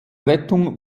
rettung